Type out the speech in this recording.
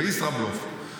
בישראבלוף,